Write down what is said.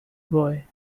boy